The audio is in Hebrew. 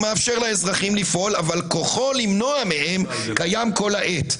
הוא מאפשר לאזרחים לפעול אבל כוחו למנוע מהם קיים כל העת.